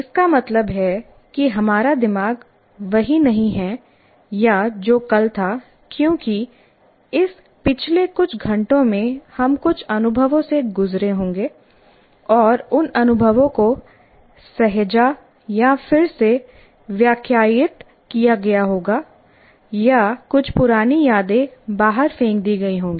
इसका मतलब है कि हमारा दिमाग वही नहीं है या जो कल था क्योंकि इस पिछले कुछ घंटों में हम कुछ अनुभवों से गुज़रे होंगे और उन अनुभवों को सहेजा या फिर से व्याख्यायित किया गया होगा या कुछ पुरानी यादें बाहर फेंक दी गई होंगी